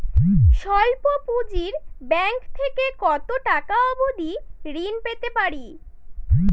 স্বল্প পুঁজির ব্যাংক থেকে কত টাকা অবধি ঋণ পেতে পারি?